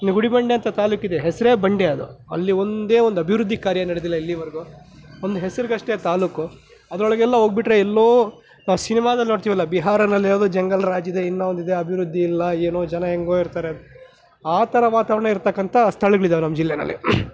ಇನ್ನು ಗುಡಿಬಂಡೆ ಅಂತ ತಾಲ್ಲೂಕಿದೆ ಹೆಸರೇ ಬಂಡೆ ಅದು ಅಲ್ಲಿ ಒಂದೇ ಒಂದು ಅಭಿವೃದ್ಧಿ ಕಾರ್ಯ ನಡೆದಿಲ್ಲ ಇಲ್ಲಿವರೆಗೂ ಒಂದು ಹೆಸರಿಗಷ್ಟೇ ತಾಲ್ಲೂಕು ಅದರೊಳಗೆಲ್ಲ ಹೋಗ್ಬಿಟ್ರೆ ಎಲ್ಲೋ ಸಿನಿಮಾದಲ್ಲಿ ನೋಡ್ತೀವಲ್ಲ ಬಿಹಾರನಲ್ಲಿ ಯಾವುದೋ ಜಂಗಲ್ ರಾಜ್ ಇದೆ ಇನ್ನೂ ಒಂದಿದೆ ಅಭಿವೃದ್ಧಿ ಇಲ್ಲ ಏನೋ ಜನ ಹೇಗೋ ಒಂದು ಇರ್ತಾರೆ ಆ ಥರ ವಾತಾವರಣ ಇರತಕ್ಕಂಥ ಸ್ಥಳಗಳಿದಾವೆ ನಮ್ಮ ಜಿಲ್ಲೆಯಲ್ಲಿ